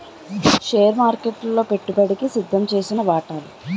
share మార్కెట్లలో పెట్టుబడికి సిద్దంచేసిన వాటాలు